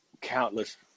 countless